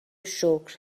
شکر